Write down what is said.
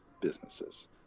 businesses